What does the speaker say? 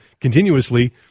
continuously